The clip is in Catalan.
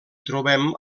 trobem